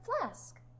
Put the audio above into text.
flask